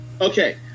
Okay